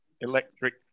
electric